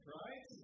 right